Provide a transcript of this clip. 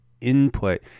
input